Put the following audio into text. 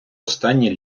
останні